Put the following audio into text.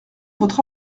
votre